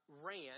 ran